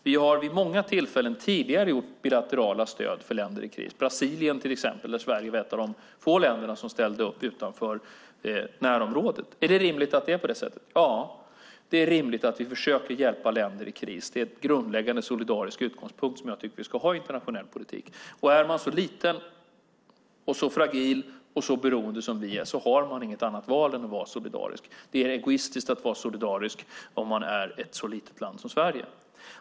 Vi har vid många tillfällen tidigare givit bilateralt stöd till länder i kris, till exempel Brasilien där Sverige var ett av få länder som ställde upp utanför närområdet. Är det rimligt att det är så? Ja, det är rimligt att vi försöker hjälpa länder i kris. Det är en grundläggande solidarisk utgångspunkt som jag tycker att vi ska ha i internationell politik. Om man är så liten, fragil och beroende som Sverige är har man inget annat val än att vara solidarisk. Det är egoistiskt att vara solidarisk om man är ett så litet land som Sverige.